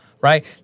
Right